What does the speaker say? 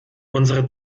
unsere